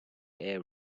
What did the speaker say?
air